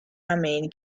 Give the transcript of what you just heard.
amine